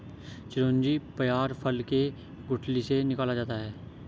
चिरौंजी पयार फल के गुठली से निकाला जाता है